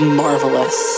marvelous